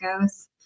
goes